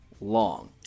long